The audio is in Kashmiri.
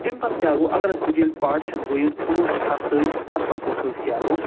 أمۍ پتہٕ کیٛاہ گوٚو اگر أسۍ وُچھ ییٚلہِ پاٹِشَن گوٚو ییٚلہِ کُنوُہ شیٚتھ سَتتٲجۍ پتہٕ پتہٕ وُچھَو أسۍ کیٛاہ گوٚو